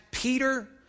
Peter